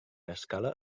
escala